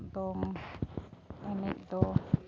ᱫᱚᱝ ᱮᱱᱮᱡ ᱫᱚ